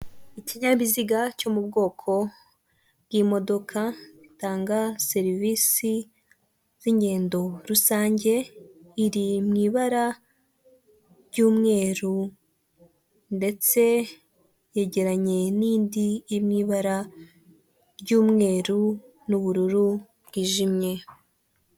Ikinyabiziga cyo mu bwoko bw'imodoka gitanga serivisi z'ingendo rusange iri mu ibara ry'umweru ndetse yegeranye n'indi iri mu ibara ry'umweru n'ubururu bwijimye.